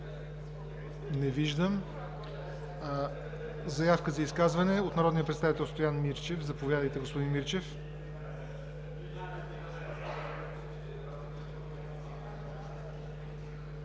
Не виждам. Заявка за изказване от народния представител Стоян Мирчев. Заповядайте, господин Мирчев.